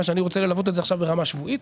כיוון שאני רוצה ללוות את זה עכשיו ברמה שבועית